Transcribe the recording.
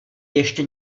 ještě